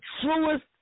truest